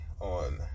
on